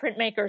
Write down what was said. printmakers